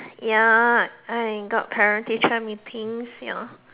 ya I got parent teacher meetings ya